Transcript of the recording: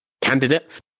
candidate